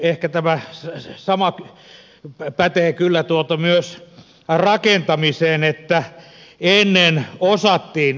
ehkä tämä sama pätee kyllä myös rakentamiseen että ennen osattiin eri tavalla